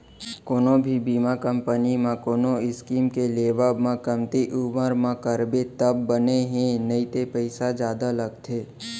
कोनो भी बीमा कंपनी म कोनो स्कीम के लेवब म कमती उमर म करबे तब बने हे नइते पइसा जादा लगथे